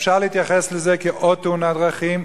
אפשר להתייחס לזה כאל עוד תאונת דרכים,